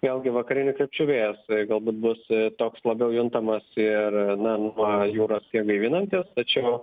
vėlgi vakarinių krypčių vėjas galbūt bus toks labiau juntamas ir na nuo jūros kiek gaivinantis tačiau